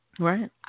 Right